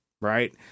right